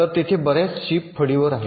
तर तेथे बर्याच चीप फळीवर आहेत